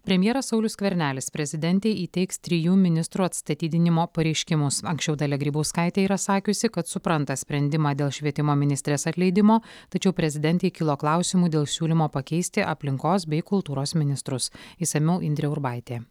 premjeras saulius skvernelis prezidentei įteiks trijų ministrų atstatydinimo pareiškimus anksčiau dalia grybauskaitė yra sakiusi kad supranta sprendimą dėl švietimo ministrės atleidimo tačiau prezidentei kilo klausimų dėl siūlymo pakeisti aplinkos bei kultūros ministrus išsamiau indrė urbaitė